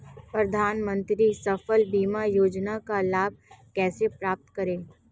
प्रधानमंत्री फसल बीमा योजना का लाभ कैसे प्राप्त करें?